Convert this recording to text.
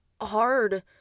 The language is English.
hard